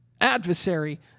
adversary